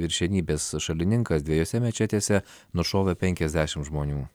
viršenybės šalininkas dviejose mečetėse nušovė penkiasdešimt žmonių